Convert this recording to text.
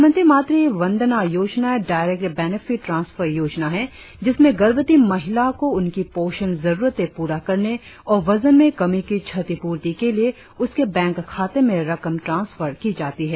प्रधानमंत्री मातृ वंदना योजना डायरेक्ट बेनेफिट ट्रांसफर योजना है जिसमें गर्भवती महिला को उनकी पोषण जरुरतें पूरा करने और वजन में कमी की क्षतिपूर्ति के लिए उसके बैंक खाते में रकम ट्रांसफर की जाती है